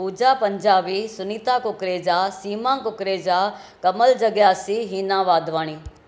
पूजा पंजाबी सुनीता कुकरेजा सीमा कुकरेजा कमल जगियासी हीना वाधवाणी